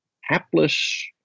hapless